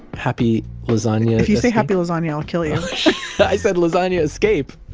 happy lasagna if you say happy lasagna, i'll kill you i said lasagna escape